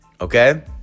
okay